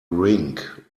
rink